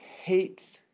hates